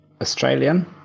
Australian